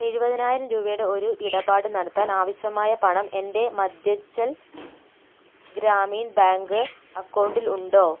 എഴുവതിനായിരം രൂപയുടെ ഒരു ഇടപാട് നടത്താൻ ആവശ്യമായ പണം എൻ്റെ മദ്യച്ചൽ ഗ്രാമീൺ ബാങ്ക് അക്കൗണ്ടിൽ ഉണ്ടോ